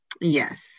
Yes